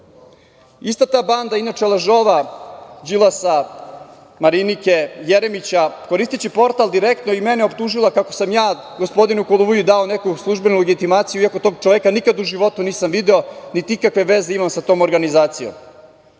ta banda, inače lažova, Đilasa, Marinike, Jeremića, koristeći portal „Direktno“, i mene je optužila kako sam ja gospodinu Koluviji dao neku službenu legitimaciju, iako tog čoveka nikad u životu nisam video, niti ikakve veze imam sa tom organizacijom.